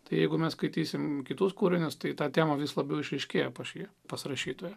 tai jeigu mes skaitysim kitus kūrinius tai ta tema vis labiau išryškėja paš jį pas rašytoją